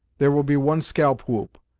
there will be one scalp-whoop,